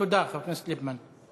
תודה, חבר הכנסת ליפמן.